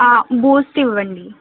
Boost ఇవ్వండి